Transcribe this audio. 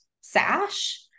sash